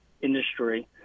industry